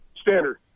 Standard